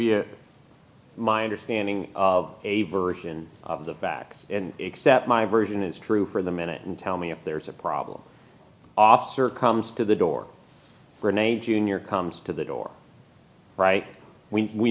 you my understanding of a version of the facts and except my version is true for the minute and tell me if there's a problem officer comes to the door for an eighteen year comes to the door right we we